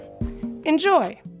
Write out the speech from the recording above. Enjoy